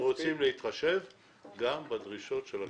אנחנו רוצים להתחשב גם בדרישות של הקבלנים.